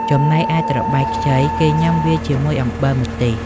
ចំណែកឯត្របែកខ្ចីគេញាំវាជាមួយអំបិលម្ទេស។